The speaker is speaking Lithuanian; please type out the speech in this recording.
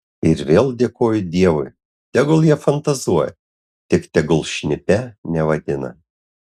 ir vėl dėkoju dievui tegul jie fantazuoja tik tegul šnipe nevadina